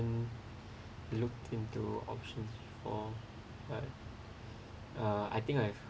looked into options or but uh I think I've